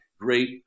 great